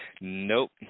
Nope